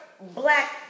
black